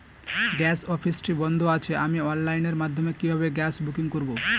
Gas অফিসটি বন্ধ আছে আমি অনলাইনের মাধ্যমে কিভাবে গ্যাস বুকিং করব?